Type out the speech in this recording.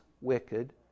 wicked